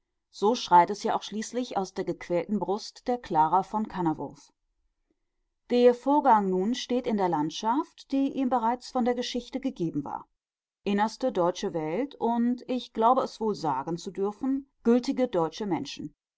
so schreit es ja auch schließlich aus der gequälten brust der clara von kannawurf der vorgang nun steht in der landschaft die ihm bereits von der geschichte gegeben war innerste deutsche welt und ich glaube es wohl sagen zu dürfen gültige deutsche menschen